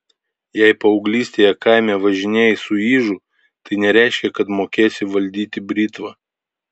jei paauglystėje kaime važinėjai su ižu tai nereiškia kad mokėsi valdyti britvą